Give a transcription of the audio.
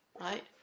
right